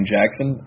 Jackson